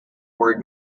word